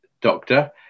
doctor